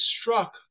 struck